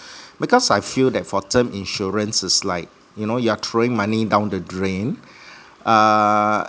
because I feel that for term insurance is like you know you are throwing money down the drain err